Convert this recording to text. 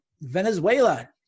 Venezuela